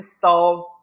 solve